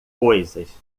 coisas